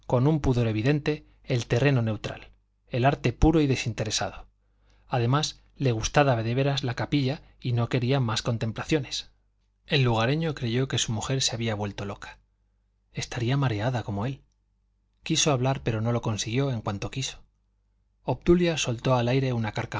con un pudor evidente el terreno neutral del arte puro y desinteresado además le gustaba de veras la capilla y no quería más contemplaciones el lugareño creyó que su mujer se había vuelto loca estaría mareada como él quiso hablar pero no lo consiguió en cuanto quiso obdulia soltó al aire una